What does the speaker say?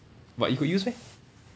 but you got use meh